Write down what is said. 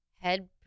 Head